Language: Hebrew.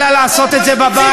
אלא לעשות את זה בבית,